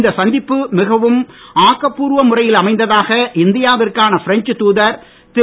இந்த சந்திப்பு மிகவும் ஆக்க பூர்வ முறையில் அமைந்ததாக இந்தியாவிற்கான பிரெஞ்ச் தூதர் திரு